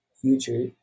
future